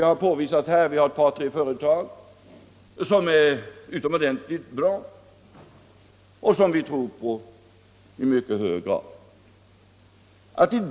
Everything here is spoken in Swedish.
Jag har här visat på ett par tre förslag som är utomordentligt bra och som vi i mycket hög grad tror på.